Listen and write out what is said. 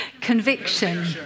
Conviction